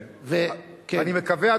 אני מקווה,